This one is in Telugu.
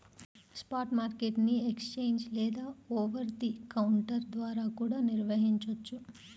స్పాట్ మార్కెట్ ని ఎక్స్ఛేంజ్ లేదా ఓవర్ ది కౌంటర్ ద్వారా కూడా నిర్వహించొచ్చు